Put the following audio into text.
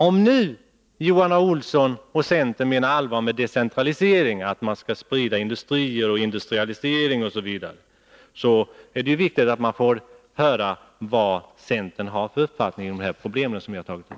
Om Johan A. Olsson och centern nu menar allvar med talet om decentralisering, att man skall sprida industrier osv., är det viktigt att vi får höra vad centern har för uppfattning om de problem som jag här har tagit upp.